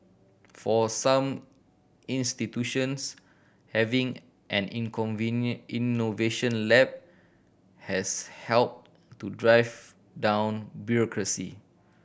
for some institutions having an in innovation lab has helped to drive down bureaucracy